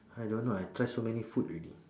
I don't know I try so many food already